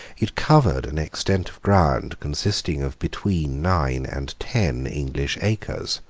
it covered an extent of ground consisting of between nine and ten english acres.